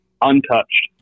untouched